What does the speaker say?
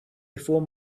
before